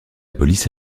police